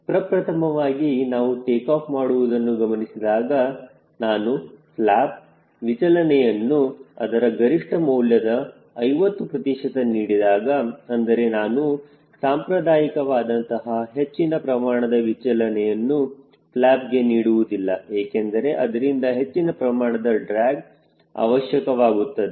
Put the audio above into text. ಪ್ರಪ್ರಥಮವಾಗಿ ನಾನು ಟೇಕಾಫ್ ಮಾಡುವುದನ್ನು ಗಮನಿಸಿದಾಗ ನಾನು ಫ್ಲಪ್ ವಿಚಲನೆಯನ್ನು ಅದರ ಗರಿಷ್ಟ ಮೌಲ್ಯದ 50 ಪ್ರತಿಶತ ನೀಡಿದಾಗ ಅಂದರೆ ನಾನು ಸಾಂಪ್ರದಾಯಿಕವಾದಂತಹ ಹೆಚ್ಚಿನ ಪ್ರಮಾಣದ ವಿಚಲನೆಯನ್ನು ಫ್ಲ್ಯಾಪ್ಗೆ ನೀಡುವುದಿಲ್ಲ ಏಕೆಂದರೆ ಅದರಿಂದ ಹೆಚ್ಚಿನ ಪ್ರಮಾಣದ ಡ್ರ್ಯಾಗ್ ಅವಶ್ಯಕವಾಗುತ್ತದೆ